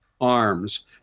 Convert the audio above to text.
arms